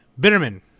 Bitterman